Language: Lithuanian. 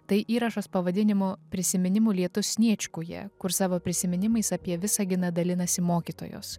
tai įrašas pavadinimu prisiminimų lietus sniečkuje kur savo prisiminimais apie visaginą dalinasi mokytojos